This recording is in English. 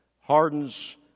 hardens